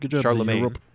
Charlemagne